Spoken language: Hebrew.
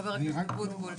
חבר הכנסת אבוטבול.